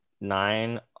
nine